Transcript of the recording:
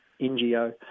NGO